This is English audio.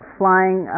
flying